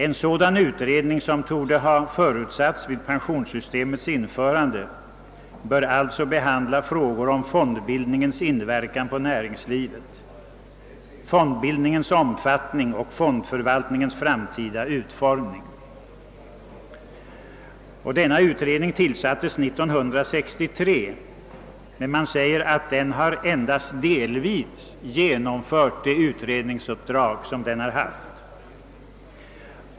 En sådan utredning, som torde ha förutsatts vid pensionssystemets införande, bör också behandla frågor om fondbildningens inverkan på näringslivet, fondbildningens omfattning och fondförvaltningens framtida utformning.» Den utredning, som tillsattes 1963, har endast delvis genomfört sitt uppdrag.